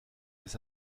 les